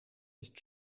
nicht